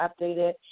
updated